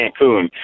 Cancun